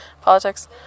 politics